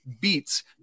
beats